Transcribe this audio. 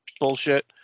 bullshit